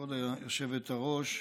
כבוד היושבת-ראש,